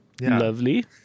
Lovely